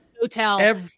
hotel